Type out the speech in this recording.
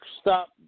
stop